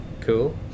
cool